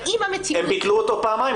הם ביטלו את הביקור פעמיים.